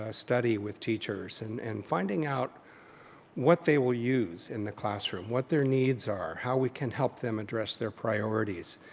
ah study with teachers and and finding out what they will use in the classroom what their needs, how we can help them address their priorities.